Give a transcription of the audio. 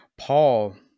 Paul